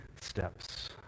steps